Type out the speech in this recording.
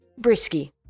Brisky